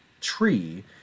tree